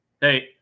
hey